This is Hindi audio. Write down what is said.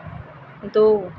दो